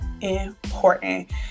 important